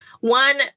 One